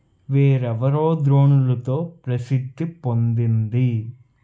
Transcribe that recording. వేరెవరో ద్రోణులతో ప్రసిద్ధి పొందింది